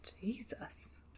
Jesus